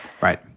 Right